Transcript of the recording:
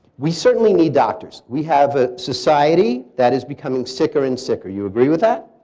we certainly need doctors. we have a society that is becoming sicker and sicker. you agree with that?